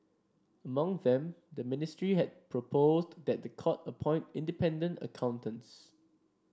among them the ministry had proposed that the court appoint independent accountants